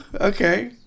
Okay